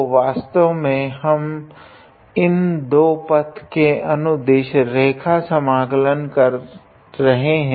तो वास्तव में हम इन दो पथ के अनुदिश रेखा समाकलन कर रहे है